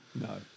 No